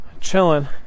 chilling